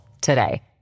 today